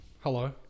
Hello